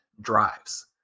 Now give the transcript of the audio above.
drives